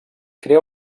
crea